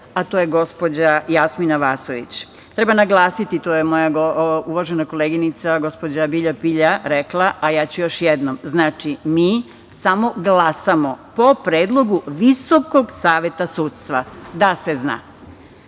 a to je gospođa Jasmina Vasović. Treba naglasiti, to je moja uvažena koleginica, gospođa Bilja Pilja, rekla, a ja ću još jednom. Znači, mi samo glasamo po predlogu Visokog saveta sudstva, da se